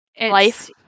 Life